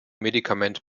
medikament